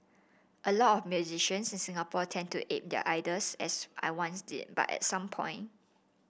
a lot of musicians in Singapore tend to ape their idols as I once did but at some point